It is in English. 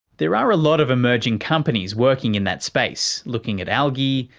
there are a lot of emerging companies working in that space, looking at algae,